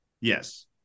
yes